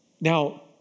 Now